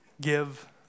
give